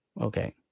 Okay